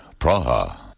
Praha